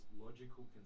logical